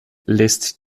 lässt